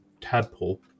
tadpole